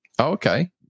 Okay